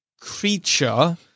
creature